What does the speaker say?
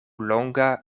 longa